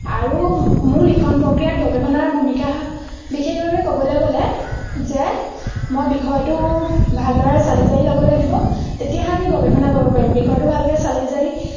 আৰু মোৰ লিখন প্ৰক্ৰিয়াত গৱেষণাৰ ভূমিকা বিশেষভাৱে ক'বলৈ গ'লে যে মই বিষয়টো ভালদৰে চালি জাৰি ল'ব লাগিব তেতিয়াহে আমি গৱেষণা কৰিব পাৰিম বিষয়টো ভালকৈ চালি জাৰি